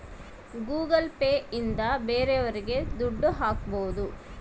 Google Pay ಇಂದ ಬೇರೋರಿಗೆ ದುಡ್ಡು ಹಾಕ್ಬೋದು